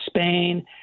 Spain